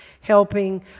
helping